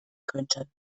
könnte